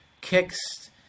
kicks